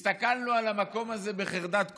הסתכלנו על המקום הזה בחרדת קודש,